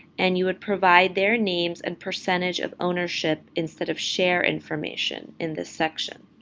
and you would provide their names and percentage of ownership instead of share information in this section.